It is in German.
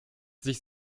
sich